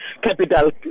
capital